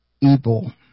evil